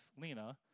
Lena